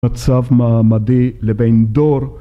מצב מעמדי לבין דור